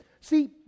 See